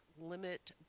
limit